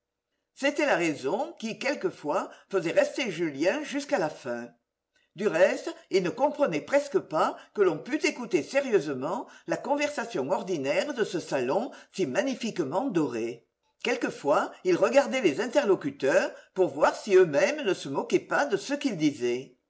c'était la raison qui quelquefois faisait rester julien jusqu'à la fin du reste il ne comprenait presque pas que l'on pût écouter sérieusement la conversation ordinaire de ce salon si magnifiquement doré quelquefois il regardait les interlocuteurs pour voir si eux-mêmes ne se moquaient pas de ce qu'ils disaient